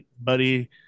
buddy